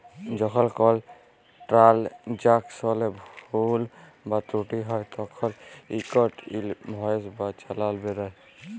যখল কল ট্রালযাকশলে ভুল বা ত্রুটি হ্যয় তখল ইকট ইলভয়েস বা চালাল বেরাই